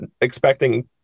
expecting